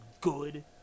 good